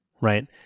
Right